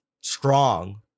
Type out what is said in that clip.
strong